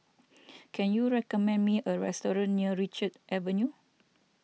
can you recommend me a restaurant near Richards Avenue